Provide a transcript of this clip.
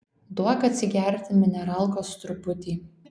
duok atsigerti mineralkos truputį